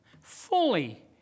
Fully